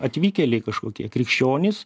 atvykėliai kažkokie krikščionys